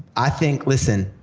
i think, listen.